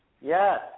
Yes